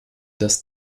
dass